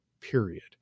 period